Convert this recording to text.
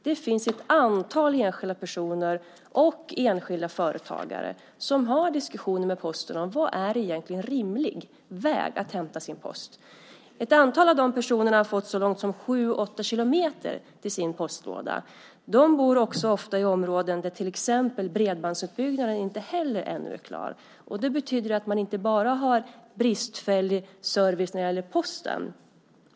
Det finns ett antal enskilda personer och enskilda företagare som har diskussioner med Posten om vad som egentligen är en rimlig väg för att hämta sin post. Ett antal av de här personerna har fått så långt som sju åtta kilometer till sin postlåda. De bor också ofta i områden där till exempel bredbandsutbyggnaden ännu inte är klar. Det betyder att de inte bara har bristfällig service när det gäller Posten.